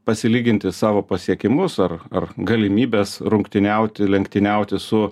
pasilyginti savo pasiekimus ar ar galimybes rungtyniauti lenktyniauti su